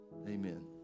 amen